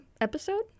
episode